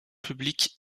publiques